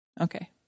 okay